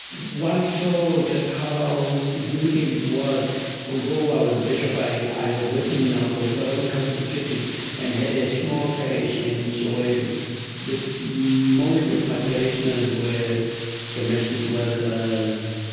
one saw just how significant it was although i was a bishop, i i was working now for the southern council of churches and had a small parish in soweto. most of my parishioners were domestic workers,